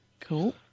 Cool